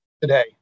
today